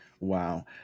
Wow